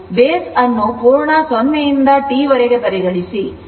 Base ಅನ್ನು ಪೂರ್ಣ 0 ರಿಂದ T ವರೆಗೆ ಪರಿಗಣಿಸಿ